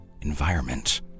environment